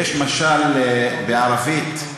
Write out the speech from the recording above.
יש משל בערבית,